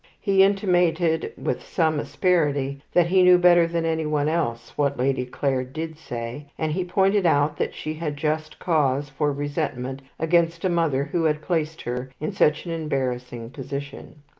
he intimated with some asperity that he knew better than anyone else what lady clare did say, and he pointed out that she had just cause for resentment against a mother who had placed her in such an embarrassing position.